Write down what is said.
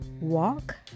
walk